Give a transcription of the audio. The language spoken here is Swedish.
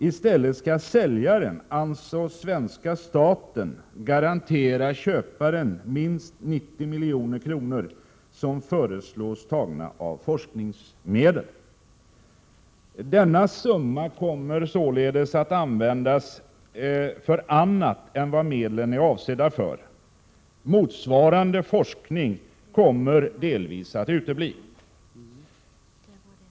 I stället skall säljaren, dvs. svenska staten, garantera köparen minst 90 milj.kr. som föreslås tas från forskningsmedel. Denna summa kommer således att användas för annat än vad medlen är avsedda för. Motsvarande forskning kommer delvis att utebli.